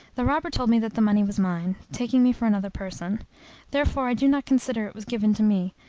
the robber told me that the money was mine, taking me for another person therefore i do not consider it was given to me,